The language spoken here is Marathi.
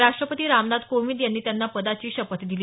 राष्टपती रामनाथ कोविंद यांनी त्यांना पदाची शपथ दिली